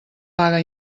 paga